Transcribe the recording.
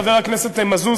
חבר הכנסת מזוז,